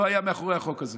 לא היה מאחורי החוק הזה,